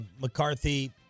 McCarthy